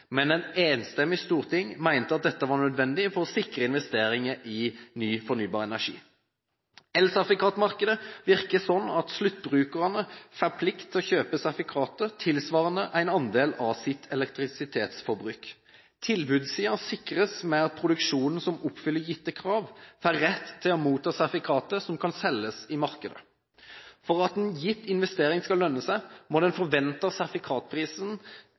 men et enstemmig storting mente at dette var nødvendig for å sikre investeringer i ny fornybar energi. Elsertifikatmarkedet virker slik at sluttbrukerne får plikt til å kjøpe sertifikater tilsvarende en andel av sitt elektrisitetsforbruk. Tilbudssiden sikres ved at produksjonen som oppfyller gitte krav, får rett til å motta sertifikater som kan selges i markedet. For at en gitt investering skal lønne seg, må den forventede sertifikatprisen